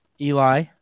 Eli